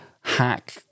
hack